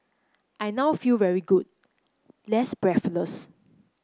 I now feel very good less breathless